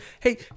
hey